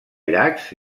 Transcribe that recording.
llacs